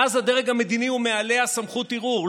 ואז הדרג המדיני הוא מעליה סמכות ערעור.